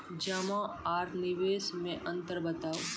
जमा आर निवेश मे अन्तर बताऊ?